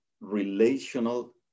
relational